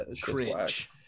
cringe